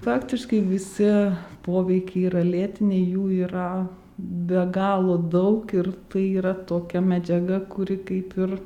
faktiškai visi poveikiai yra lėtiniai jų yra be galo daug ir tai yra tokia medžiaga kuri kaip ir